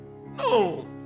No